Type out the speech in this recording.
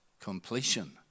completion